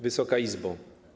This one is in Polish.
Wysoka Izbo!